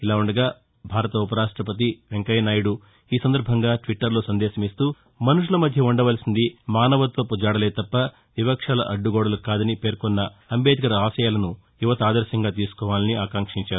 ఇలా ఉండగా భారత ఉపరాష్టపతి వెంకయ్యనాయుడు ఈ సందర్బంగా ట్విట్టర్లో సందేశమిస్తూ మనుషుల మధ్య ఉండవలసింది మానవత్వపు జాడలేతప్ప వివక్షల అడ్డుగోడలు కాదని పేర్కొన్న అంబేద్కర్ ఆశయాలను యువత ఆదర్శంగా తీసుకోవాలని ఆకాంక్షించారు